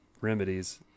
remedies